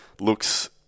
Looks